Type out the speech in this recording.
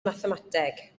mathemateg